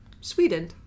Sweden